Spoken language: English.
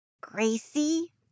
Gracie